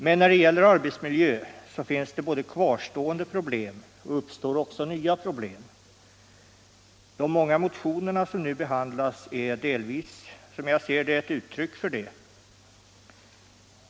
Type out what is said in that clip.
Men när det gäller arbetsmiljön finns det både gamla problem som kvarstår och nya som uppstår. De många motioner som nu behandlas är delvis, som jag ser det, ett uttryck för det.